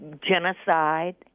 genocide